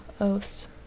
oaths